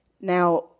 Now